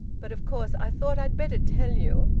but of course i thought i'd better tell you.